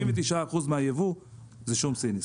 סליחה, 99% מהייבוא זה שום סיני,